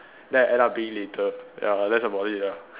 then I end up being later ya that's about it lah